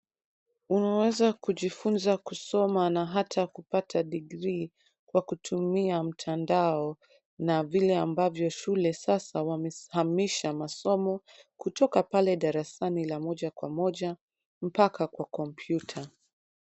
Unaweza kujifunza kusoma na hata kupata degree ,kwa kutumia mtandao na vile ambavyo shule sasa wamehamisha masomo, kutoka pale darasani la moja kwa moja mpaka kwa kompyuta.